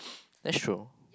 that's true